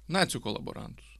nacių kolaborantus